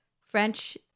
French